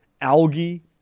algae